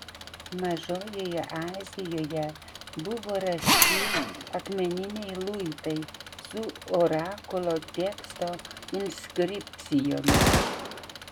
mažojoje azijoje buvo rasti akmeniniai luitai su orakulo teksto inskripcijomis